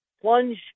plunge